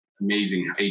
amazing